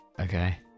Okay